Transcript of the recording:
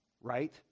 right